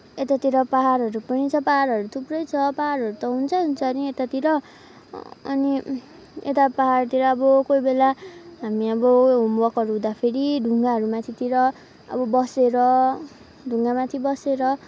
यतातिर पाहाडहरू पनि छ पाहाडहरू थुप्रै छ पाहाडहरू त हुन्छै हुन्छ नि यतातिर अनि यता पाहाडतिर अब कोही बेला हामी अब होमवर्कहरू हुँदाखेरि ढुङ्गाहरू माथितिर अब बसेर ढुङ्गामाथि बसेर